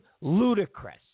ludicrous